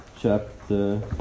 chapter